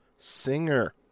Singer